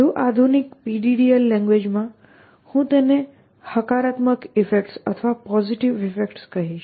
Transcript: વધુ આધુનિક PDDL ભાષામાં હું તેને હકારાત્મક ઇફેક્ટ્સ કહીશ